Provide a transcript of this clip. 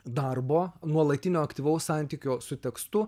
darbo nuolatinio aktyvaus santykio su tekstu